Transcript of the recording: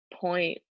point